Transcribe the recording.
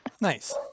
Nice